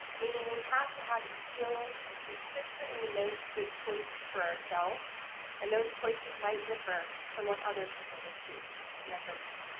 meaning we have to have the skills to consistently make good choices for ourselves and those choices might differ from what other people would choose and that's okay.